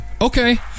Okay